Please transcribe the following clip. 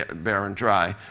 ah bare and dry.